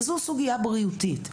וזו סוגיה בריאותית.